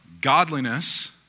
godliness